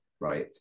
right